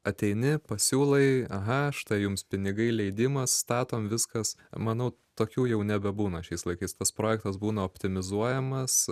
ateini pasiūlai aha štai jums pinigai leidimas statom viskas manau tokių jau nebebūna šiais laikais tas projektas būna optimizuojamas